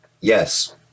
Yes